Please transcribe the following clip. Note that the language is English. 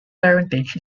parentage